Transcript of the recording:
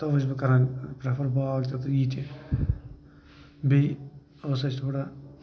توَے چھُس بہٕ کران پرٛیفَر باغ تہِ تہٕ یِتہٕ بیٚیہِ ٲس اَسہِ تھوڑا